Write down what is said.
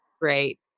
great